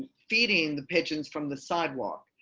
feeding the pigeons from the sidewalk.